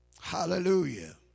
Hallelujah